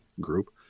group